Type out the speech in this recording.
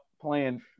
playing